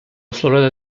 florida